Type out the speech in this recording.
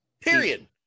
Period